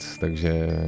takže